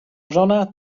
żona